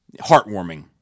heartwarming